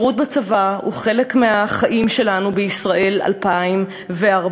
שירות בצבא הוא חלק מהחיים שלנו בישראל 2014,